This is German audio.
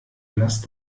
lasst